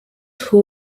who